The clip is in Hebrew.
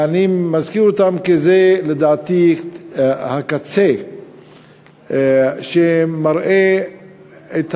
אני מזכיר אותם כי לדעתי זה הקצה שמראה את